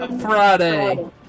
Friday